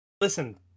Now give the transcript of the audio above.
Listen